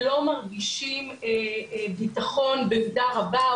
לא מרגישים ביטחון במידה רבה,